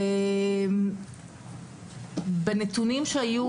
בנתונים שהיו,